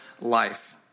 life